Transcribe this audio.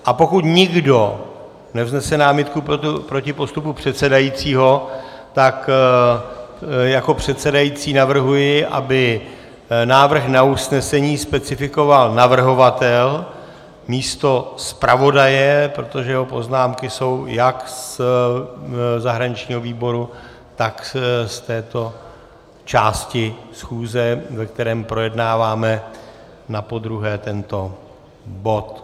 A pokud nikdo nevznese námitku proti postupu předsedajícího, tak jako předsedající navrhuji, aby návrh na usnesení specifikoval navrhovatel místo zpravodaje, protože jeho poznámky jsou jak ze zahraničního výboru, tak z této části schůze, ve které projednáváme napodruhé tento bod.